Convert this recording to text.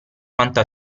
quanto